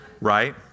Right